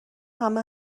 همه